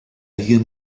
hier